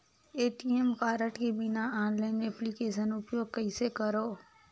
ATM card के बिना online application उपयोग कइसे करो?